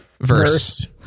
Verse